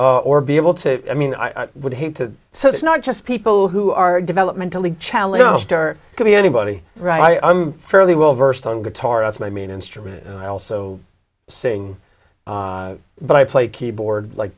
or be able to i mean i would hate to so it's not just people who are developmentally challenged or could be anybody right i'm fairly well versed on guitar as my main instrument and i also sing but i play keyboard like